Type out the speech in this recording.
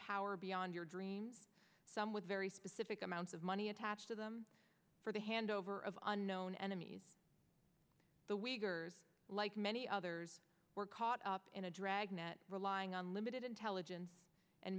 power beyond your dreams some with very specific amounts of money attached to them for the handover of unknown enemies the wiggers like many others were caught up in a dragnet relying on limited intelligence and